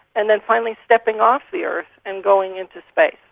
and then finally stepping off the earth and going into space.